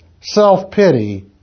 self-pity